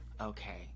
okay